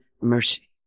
mercy